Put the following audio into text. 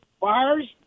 Bars